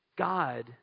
God